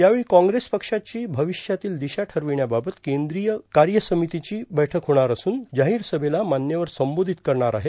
यावेळी काँग्रेस पक्षाची भविष्यातील दिशा ठरविण्याबाबत काँग्रेस केंद्रीय कार्य समितीची बैठक होणार असून जाहीर सभेला मान्यवर संबोधित करणार आहे